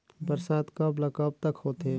बरसात कब ल कब तक होथे?